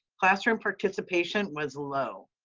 classroom participation was low.